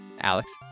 Alex